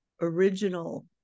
original